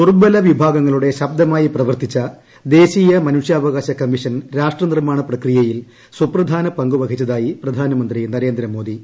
ദൂർബല വിഭാഗങ്ങളൂടെ ശബ്ദമായി പ്രവർത്തിച്ച ദേശീയ മനുഷ്യാവകാശ കമ്മീഷൻ രാഷ്ട്രനിർമ്മാണ പ്രക്രിയയിൽ സുപ്രധാന പങ്ക് വഹിച്ചതായി പ്രധാനമന്ത്രി നരേന്ദ്രമോദി